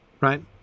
right